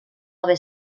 haver